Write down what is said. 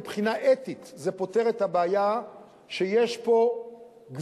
מבחינה אתית זה פותר את הבעיה שיש פה גזרים